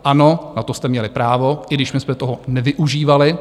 Ano, na to jste měli právo, i když my jsme toho nevyužívali.